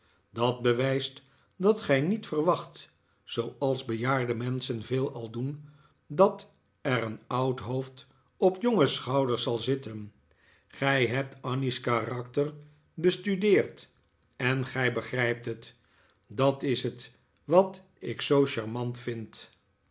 dat bewijst dat gij niet verwacht zooals bejaarde menschen veelal doen dat er een oud hoofd op jonge schouders zal zitten gij hebt annie's karakter bestudeerd en gij begrijpt het dat is het wat ik zoo charmant vind